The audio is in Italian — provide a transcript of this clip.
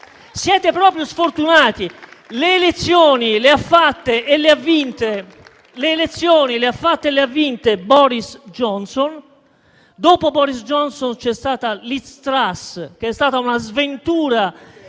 Siete proprio sfortunati. Le elezioni le ha fatte e le ha vinte Boris Johnson; dopo Boris Johnson c'è stata Liz Truss, che è stata una sventura